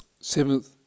Seventh